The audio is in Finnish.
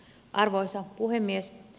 arvoisa puhemies